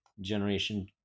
generation